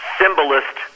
symbolist